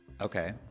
Okay